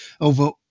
Over